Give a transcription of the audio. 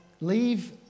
leave